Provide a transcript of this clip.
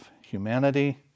humanity